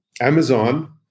Amazon